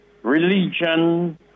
Religion